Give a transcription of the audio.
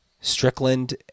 Strickland